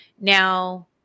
Now